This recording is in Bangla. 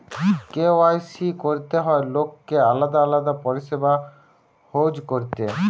কে.ওয়াই.সি করতে হয় লোককে আলাদা আলাদা পরিষেবা ইউজ করতে